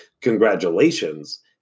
Congratulations